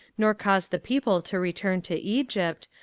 nor cause the people to return to egypt,